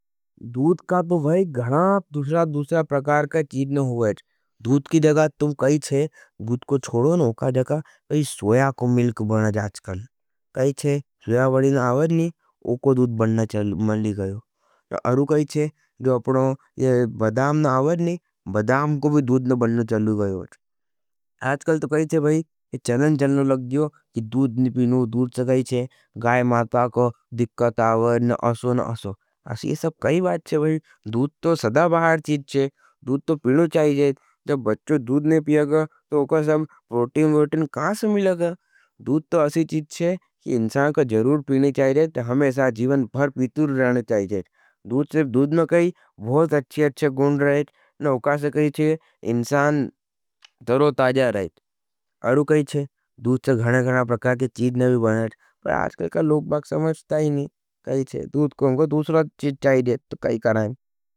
दूद का तो भाई गणाब दूसरा दूसरा प्रकार का चीज़न हुआ हज। दूद की जगाथ तुम कही छे, दूद को छोड़ो न उका जगा, कही सोया को मिल्क बन जाज़ कान। कही छे, सोया वडी न आवज नी, उको दूद बनने चलू गयो। अरू कही छे, बदाम न आवज नी, बदाम को भी दूद न बनने चलू गयो। आजकल तो कही छे, चलन चलन लग जो, दूद न पिनू, दूद सकही छे, गाय माता को दिपकत आवज न असो न असो। असी ये सब कही बात छे भी, दूद तो सदा बाहर चीच छे, दूद तो पिनो चाहिए जैत, जब बच्चो दूद ने पियग, तो उको सब प्रोटीम वर्टन कहां से मिलग हज। दूद तो असी चीच छे, कि इंसान को जरूर पीने चाहिए जैत, हमें साथ जीवन भर पीतूर रहने चाहिए जैत, दूद से, दूद में कही, बहुत अच्छे अच्छे गुण रहेत, न उकासे कही छे, इंसान तरो ताजा रहेत। अरु कही छे, दूद से घणे घणा क्या कि चीच नहीं बन रहेत, पर आजकल का लोग बाग समझता ही नहीं। कही छे, दूद कोंको दूसरा चीच चाहिए जैत, तो कही कराएं।